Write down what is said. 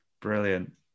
Brilliant